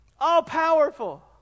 All-powerful